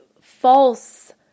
false